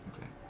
Okay